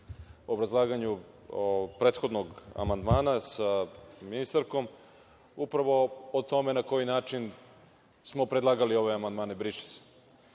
obrazlaganju prethodnog amandmana sa ministarkom upravo o tome na koji način smo predlagali ove amandmane – briše